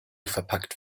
verpackt